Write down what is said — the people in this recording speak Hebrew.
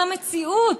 של המציאות.